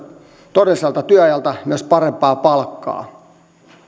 todelliselta työajalta myös parempaa palkkaa